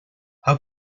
how